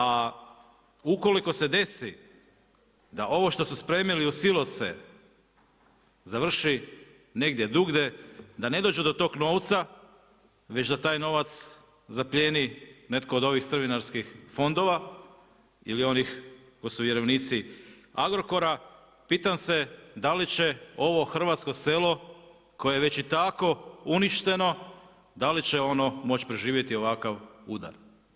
A ukoliko se desi da ovo što su spremili u silose završi negdje drugdje, da ne dođu do tog novca već da taj novac zaplijeni netko od ovih strvinarskih fondova ili onih koji su vjerovnici Agrokora, pitam se da li će ovo hrvatsko selo koje je već i tako uništeno, da li će ono moći preživjeti ovakav udar.